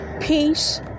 peace